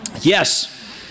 Yes